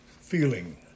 feeling